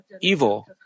evil